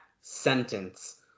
sentence